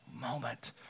moment